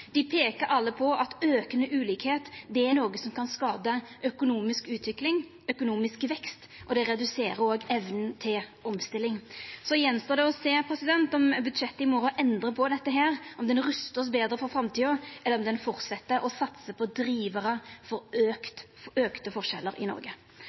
peikar alle på at aukande ulikskap er noko som kan skada økonomisk utvikling og økonomisk vekst, og det reduserer også evna til omstilling. Så står det att å sjå om budsjettet i morgon endrar på dette, om det rustar oss betre for framtida, eller om ein fortset med å satsa på drivarar for auka forskjellar i Noreg.